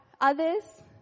Others